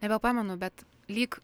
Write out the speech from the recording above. nebepamenu bet lyg